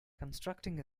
constructing